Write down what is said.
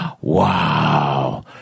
wow